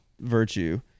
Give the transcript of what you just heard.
virtue